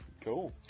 Cool